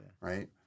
right